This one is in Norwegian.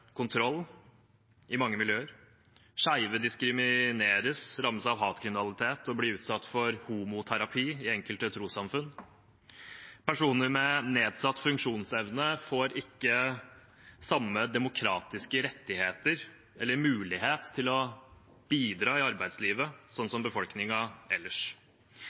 kontroll i mange miljøer. Skeive diskrimineres, rammes av hatkriminalitet og blir utsatt for homoterapi i enkelte trossamfunn. Personer med nedsatt funksjonsevne får ikke samme demokratiske rettigheter eller mulighet til å bidra i arbeidslivet som befolkningen ellers.